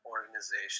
organization